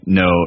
no